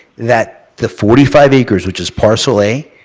that the forty five acres, which is parcel a,